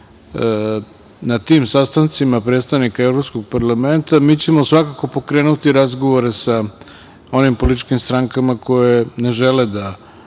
na tim sastancima, predstavnika Evropskog parlamenta. Mi ćemo svakako pokrenuti razgovore sa onim političkim strankama, koje žele da